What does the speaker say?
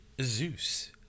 Zeus